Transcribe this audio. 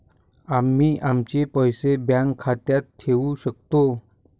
आम्ही आमचे पैसे बँक खात्यात ठेवू शकतो